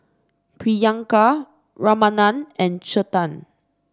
Priyanka Ramanand and Chetan